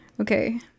Okay